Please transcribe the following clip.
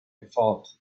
default